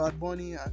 Bunny